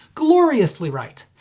gloriously right.